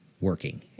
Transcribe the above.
working